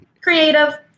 creative